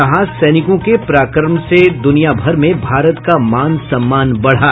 कहा सैनिकों के पराक्रम से द्रनियाभर में भारत का मान सम्मान बढ़ा